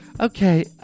Okay